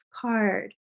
card